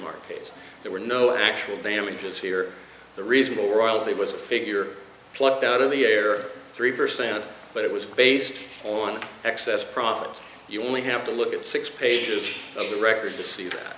case there were no actual damages here the reasonable royalty was a figure plucked out of the air three percent but it was based on excess profits you only have to look at six pages of the record to see